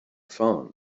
phone